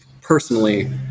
personally